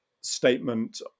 statement